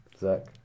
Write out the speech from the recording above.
Zach